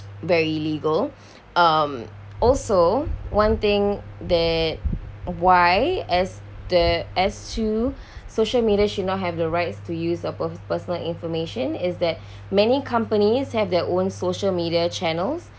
very illegal um also one thing that why as the as to social media should not have the rights to use a per~ personal information is that many companies have their own social media channels